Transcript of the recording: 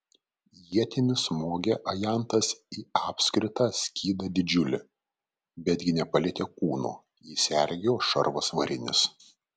ietimi smogė ajantas į apskritą skydą didžiulį betgi nepalietė kūno jį sergėjo šarvas varinis